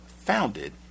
founded